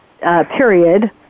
period